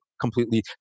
completely